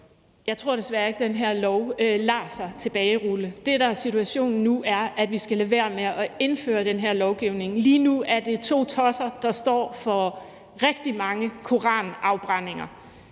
Jeg tror desværre ikke, den her lov lader sig tilbagerulle. Det, der er situationen nu, er, at vi skal lade være med at indføre den her lovgivning. Lige nu er det to tosser, der står for rigtig mange koranafbrændinger.